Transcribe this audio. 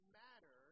matter